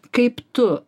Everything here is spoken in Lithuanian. kaip tu